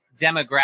demographic